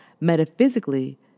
Metaphysically